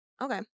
Okay